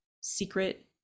secret